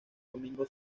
domingo